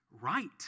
right